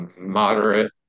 moderate